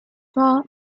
far